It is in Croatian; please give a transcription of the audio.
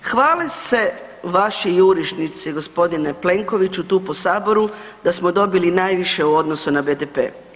Hvale se vaši jurišnici g. Plenkoviću tu po saboru da smo dobili najviše u odnosu na BDP.